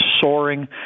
soaring